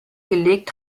gelegt